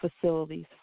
Facilities